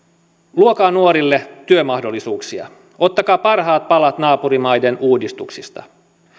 luokaa nuorille työmahdollisuuksia ottakaa parhaat palat naapurimaiden uudistuksista